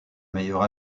meilleure